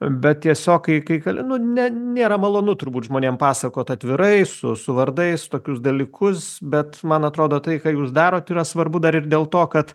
bet tiesiog kai kai keli nu ne nėra malonu turbūt žmonėm pasakot atvirai su su vardais tokius dalykus bet man atrodo tai ką jūs darot yra svarbu dar ir dėl to kad